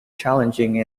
challenging